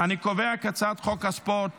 אני קובע כי הצעת חוק הספורט